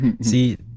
See